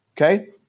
Okay